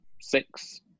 six